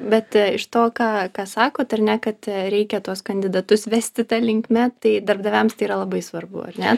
bet iš to ką ką sakot ar ne kad reikia tuos kandidatus vesti ta linkme tai darbdaviams tai yra labai svarbu ar ne